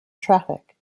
traffic